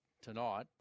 tonight